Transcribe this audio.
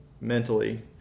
mentally